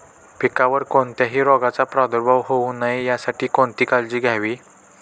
पिकावर कोणत्याही रोगाचा प्रादुर्भाव होऊ नये यासाठी कोणती काळजी घ्यावी?